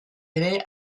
ere